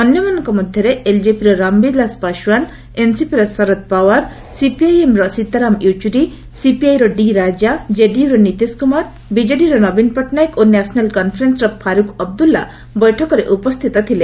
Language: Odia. ଅନ୍ୟମାନଙ୍କ ମଧ୍ୟରେ ଏଲ୍ଜେପିର ରାମବିଳାସ ପାଶ୍ୱାନ ଏନ୍ସିପିର ଶରଦ ପାୱାର ସିପିଆଇଏମ୍ର ସୀତାରାମ ୟେଚୁରୀ ସିପିଆଇର ଡି ରାଜା ଜେଡିୟୁର ନୀତିଶ କୁମାର ବିଜେଡ଼ିର ନବୀନ ପଟ୍ଟନାୟକ ଓ ନ୍ୟାସନାଲ୍ କନ୍ଫରେନୁର ଫାର୍କ୍ ଅବଦୁଲ୍ଲା ବୈଠକରେ ଉପସ୍ଥିତ ଥିଲେ